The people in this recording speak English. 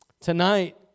Tonight